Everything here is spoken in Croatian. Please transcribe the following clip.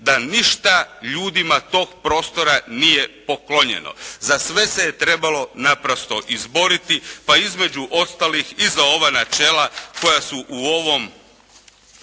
da ništa ljudima tog prostora nije poklonjeno. Za sve se je trebalo naprosto izboriti, pa između ostalih i za ova načela koja su u ovom